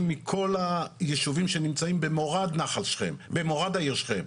מכל הישובים שנמצאים במורד העיר שכם,